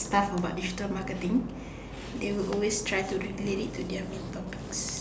staff about digital marketing they will always try to relate it to their main topics